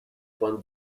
пан